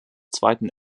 zweiten